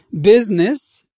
business